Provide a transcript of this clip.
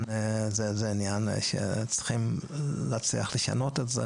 זה עניין שצריכים להצליח לשנות את זה